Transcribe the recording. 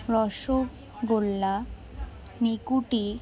rasgulla নিকুতি